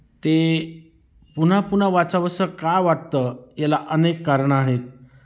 ते पुन्हा पुन्हा वाचावंसं का वाटतं याला अनेक कारणं आहेत